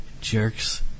Jerks